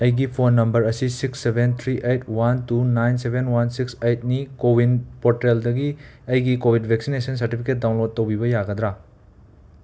ꯑꯩꯒꯤ phone number ꯑꯁꯤ six seven three eight one two nine seven one six eight ꯅꯤ CoWIN ꯄꯣꯔꯇꯦꯜꯗꯒꯤ ꯑꯩꯒꯤ ꯀꯣꯕꯤꯠ ꯕꯦꯛꯁꯤꯅꯦꯁꯟ ꯁꯥꯔꯇꯤꯐꯤꯀꯦꯠ ꯗꯥꯎꯟꯂꯣꯗ ꯇꯧꯕꯤꯕ ꯌꯥꯒꯗ꯭ꯔꯥ